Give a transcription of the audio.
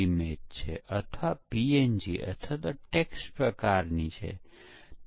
આ બગનો કુલ ખર્ચ 1 અબજ ડોલરથી વધુ આવ્યો હતો